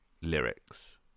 lyrics